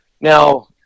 Now